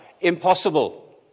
Impossible